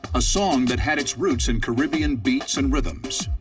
a song that had its roots in caribbean beats and rhythms.